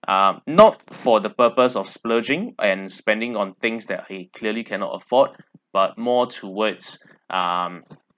ah not for the purpose of splurging and spending on things that I clearly cannot afford but more towards um